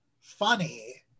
funny